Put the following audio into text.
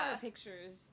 pictures